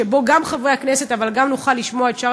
שבו גם חברי הכנסת אבל גם נוכל לשמוע את שאר